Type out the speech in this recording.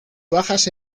bajas